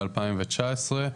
ב-2019.